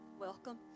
welcome